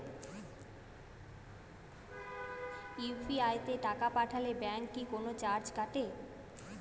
UPI তে টাকা পাঠালে ব্যাংক কি কোনো চার্জ কাটে?